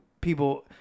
people